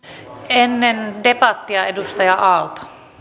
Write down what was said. ennen debattia edustaja